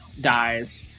dies